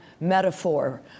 metaphor